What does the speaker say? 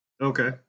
Okay